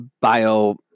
bio